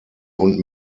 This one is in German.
und